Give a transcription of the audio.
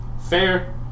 Fair